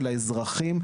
של האזרחים,